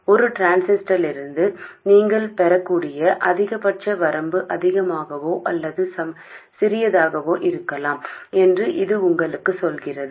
ஒரு டிரான்சிஸ்டரிலிருந்து நீங்கள் பெறக்கூடிய அதிகபட்ச வரம்பு அதிகமாகவோ அல்லது சிறியதாகவோ இருக்கலாம் என்று இது உங்களுக்குச் சொல்கிறது